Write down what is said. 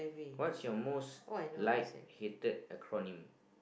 what's your most like hated a called name